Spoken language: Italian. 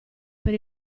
per